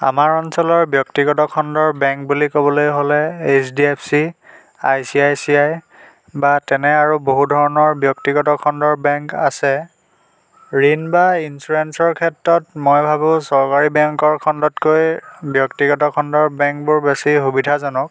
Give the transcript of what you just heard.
আমাৰ অঞ্চলৰ ব্যক্তিগত খণ্ডৰ বেংক বুলি ক'বলৈ হ'লে H D F C I C I C I বা তেনে আৰু বহুধৰণৰ ব্যক্তিগত খণ্ডৰ বেংক আছে ঋণ বা ইঞ্চুৰেঞ্চৰ ক্ষেত্ৰত মই ভাবোঁ চৰকাৰী বেংকৰ খণ্ডতকৈ ব্যক্তিগত খণ্ডৰ বেংকবোৰ বেছি সুবিধাজনক